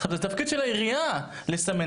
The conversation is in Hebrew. זה תפקיד של העירייה לסמן,